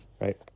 right